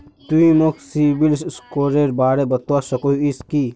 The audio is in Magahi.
तुई मोक सिबिल स्कोरेर बारे बतवा सकोहिस कि?